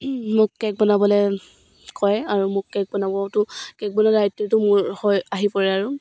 মোক কেক বনাবলৈ কয় আৰু মোক কেক বনাবতো কেক বনোৱা দ্বায়িত্বটো মোৰ হয় আহি পৰে আৰু